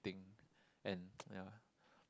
thing and ya